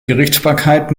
gerichtsbarkeit